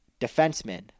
Defenseman